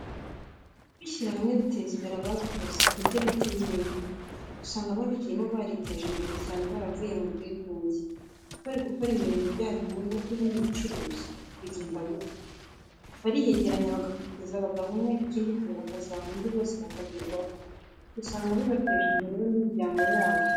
Kwishyira hamwe biteza imbere ababikoze ni byo bita ibimina, usanga ababigiyemo bariteje imbere cyane baravuye mu bwigunge, barimo gukora imirimo ibyara inyungu n'ubundi bucuruzi bigenda gute? Ahubwo bariyegeranya bagakoteza bagaha umwe ikindi gihe bakazaha undi bose bakazagerwaho ugasanga bibateje imbere bo n'imiryango yabo.